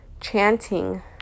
chanting